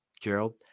Gerald